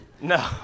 No